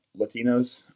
Latinos